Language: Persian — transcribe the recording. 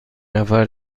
نفر